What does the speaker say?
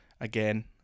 again